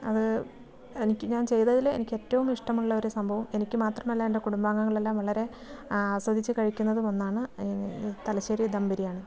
അത് എനിക്ക് ഞാൻ ചെയ്തതിൽ എനിക്ക് ഏറ്റവും ഇഷ്ടമുള്ള ഒരു സംഭവം എനിക്ക് മാത്രമല്ല എൻ്റെ കുടുംബാങ്ങളെല്ലാം വളരെ ആസ്വദിച്ച് കഴിക്കുന്നതും ഒന്നാണ് തലശ്ശേരി ദം ബിരിയാണി